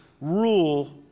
rule